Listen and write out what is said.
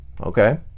Okay